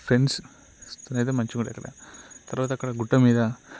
friends తోని అనేది మంచిగా ఉంటుంది అక్కడ తర్వాత అక్కడ గుట్ట మీద